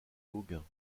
gauguin